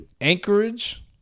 Anchorage